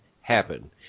happen